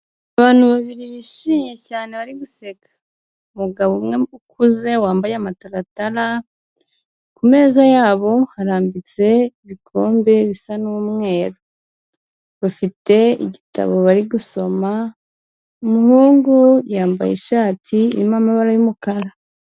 Abantu babiri bishimye cyane bari guseka. Umugabo umwe ukuze wambaye amataratara, ku meza yabo harambitse ibikombe bisa n'umweru. Bafite igitabo bari gusoma, umuhungu yambaye ishati irimo amabara y'umukara.